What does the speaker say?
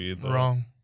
Wrong